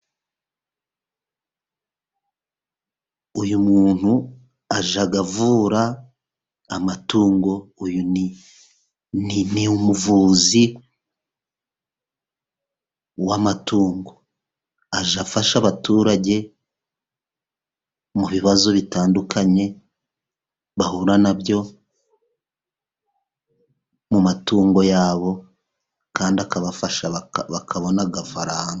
Uyu muntu avura amatungo ,uyu n'umuvuzi w'amatungo, ajya afasha abaturage mu bibazo bitandukanye bahura na byo mu matungo yabo, kandi akabafasha bakabona amafaranga.